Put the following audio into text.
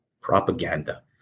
propaganda